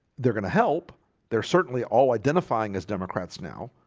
they're gonna help there certainly all identifying as democrats now,